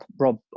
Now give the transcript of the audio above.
Rob